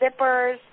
zippers